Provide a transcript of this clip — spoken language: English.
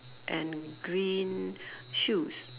and green shoes